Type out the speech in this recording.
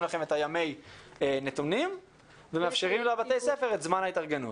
מאפשרים לכם את ימי הנתונים ומאפשרים לבתי הספר את זמן ההתארגנות.